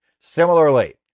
Similarly